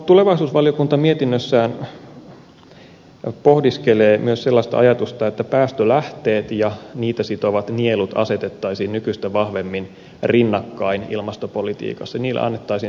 tulevaisuusvaliokunta mietinnössään pohdiskelee myös sellaista ajatusta että päästölähteet ja niitä sitovat nielut asetettaisiin nykyistä vahvemmin rinnakkain ilmastopolitiikassa niille annettaisiin samanlainen painoarvo